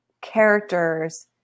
characters